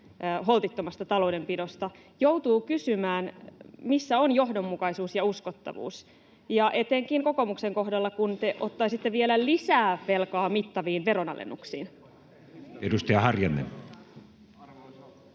holtittomasta taloudenpidosta. Joutuu kysymään: missä on johdonmukaisuus ja uskottavuus, etenkin kokoomuksen kohdalla, kun te ottaisitte vielä lisää velkaa mittaviin veronalennuksiin? [Speech